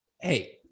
hey